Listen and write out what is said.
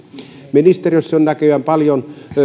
ministeriössä on näköjään paljon